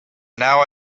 now